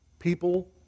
People